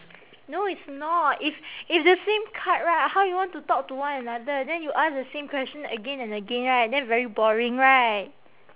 no it's not if if the same card right how you want to talk to one another then you ask the same question again and again right then very boring right